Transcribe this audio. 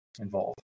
involved